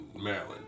Maryland